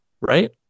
right